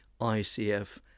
ICF